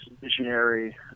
visionary